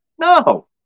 No